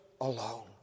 alone